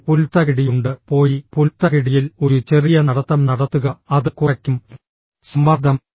ഒരു പുൽത്തകിടിയുണ്ട് പോയി പുൽത്തകിടിയിൽ ഒരു ചെറിയ നടത്തം നടത്തുക അത് കുറയ്ക്കും സമ്മർദ്ദം